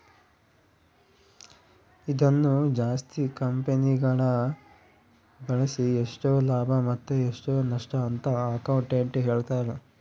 ಇದನ್ನು ಜಾಸ್ತಿ ಕಂಪೆನಿಗಳಗ ಬಳಸಿ ಎಷ್ಟು ಲಾಭ ಮತ್ತೆ ಎಷ್ಟು ನಷ್ಟಅಂತ ಅಕೌಂಟೆಟ್ಟ್ ಹೇಳ್ತಾರ